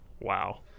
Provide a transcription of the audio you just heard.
wow